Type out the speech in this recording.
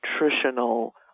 nutritional